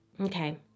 Okay